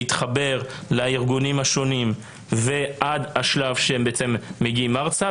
להתחבר לארגונים השונים ועד השלב שהם בעצם מגיעים ארצה.